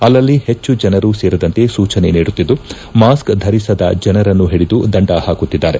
ಅಲ್ಲಲ್ಲಿ ಹೆಚ್ಚು ಜನರು ಸೇರದಂತೆ ಸೂಚನೆ ನೀಡುತ್ತಿದ್ದು ಮಾಸ್ಕ್ ಧರಿಸದ ಜನರನ್ನು ಹಿಡಿದು ದಂಡ ಹಾಕುತ್ತಿದ್ದಾರೆ